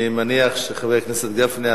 אני מניח שחבר הכנסת גפני,